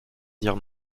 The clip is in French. dire